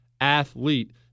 athlete